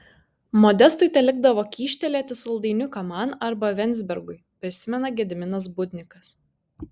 modestui telikdavo kyštelėti saldainiuką man arba venzbergui prisimena gediminas budnikas